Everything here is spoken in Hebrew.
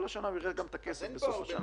השנה הוא גם יראה את הכסף בסוף השנה.